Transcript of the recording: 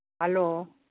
hello